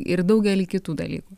ir daugelį kitų dalykų